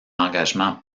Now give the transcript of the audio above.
engagement